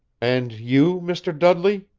and you, mr. dudley?